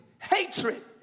hatred